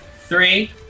three